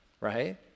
right